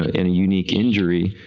in a unique injury,